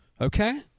Okay